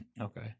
Okay